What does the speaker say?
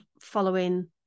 following